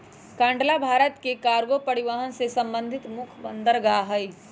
कांडला भारत के कार्गो परिवहन से संबंधित मुख्य बंदरगाह हइ